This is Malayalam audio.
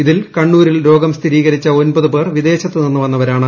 ഇതിൽ കണ്ണൂരിൽ രോഗം സ്ഥിരീകരിച്ച ഒമ്പത് പേർ വിദേശത്ത് നിന്ന് വന്നവരാണ്